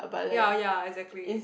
ya ya exactly